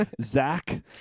Zach